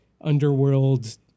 underworld